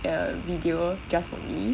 a video just for me